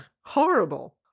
Horrible